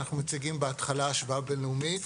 אנחנו מציגים בהתחלה השוואה בין-לאומית,